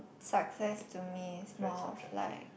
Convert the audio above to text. success to me is more of like